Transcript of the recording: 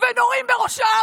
ונורים בראשם,